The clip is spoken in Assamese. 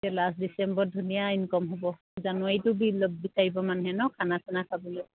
এই লাষ্ট ডিচেম্বৰ ধুনীয়া ইনকম হ'ব জানুৱাৰীটো বিচাৰিব মানুহে ন খানা চানা খাবলৈ